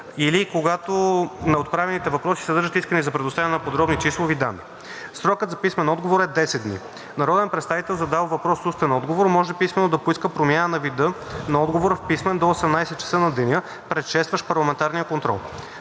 или когато отправените въпроси съдържат искания за предоставяне на подробни числови данни. Срокът за писмен отговор е 10 дни. Народен представител, задал въпрос с устен отговор, може писмено да поиска промяна на вида на отговора в писмен до 18,00 ч. на деня, предшестващ парламентарния контрол.